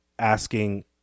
asking